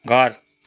घर